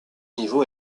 niveau